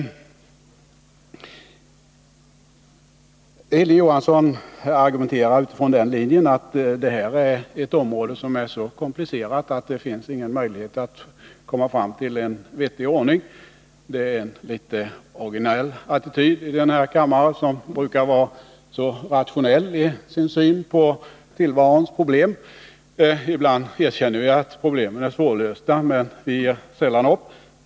Hilding Johansson argumenterar utifrån den ståndpunkten att det här är ett område som är så komplicerat att det inte finns några möjligheter att komma fram till en vettig ordning. Det är en litet originell attityd i den här kammaren, som brukar vara så rationell i sin syn på tillvarons problem. Ibland erkänner vi att problem är svårlösta, men vi ger sällan upp.